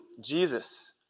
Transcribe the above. Jesus